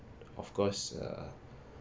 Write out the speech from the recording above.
of course uh